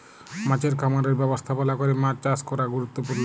মাছের খামারের ব্যবস্থাপলা ক্যরে মাছ চাষ ক্যরা গুরুত্তপুর্ল